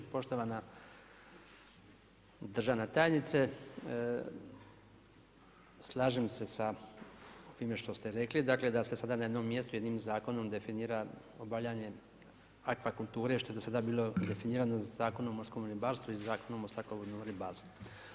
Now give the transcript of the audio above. Poštovana državna tajnice, slažem se sa time što ste rekli, dakle da se sada najednom mjestu jednim zakonom definira obavljanje akvakulture što je do sada bilo definirano Zakonom o morskom ribarstvu i Zakonom o slatkovodnom ribarstvu.